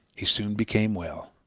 he soon became well.